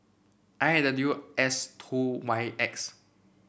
I W S two Y X